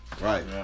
Right